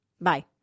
Bye